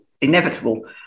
inevitable